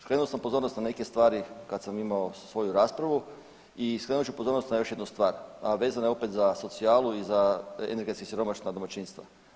Skrenuo sam pozornost na neke stvari kad sam imao svoju raspravu i skrenut ću pozornost na još jednu stvar, a vezana je opet za socijalu i za energetski siromašna domaćinstva.